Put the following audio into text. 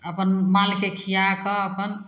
अपन मालके खिया कऽ अपन